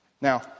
Now